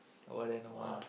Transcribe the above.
oh then no one lah